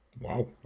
Wow